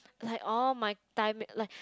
like all my Thai make like